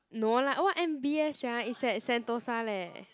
no lah what M B S sia is at Sentosa leh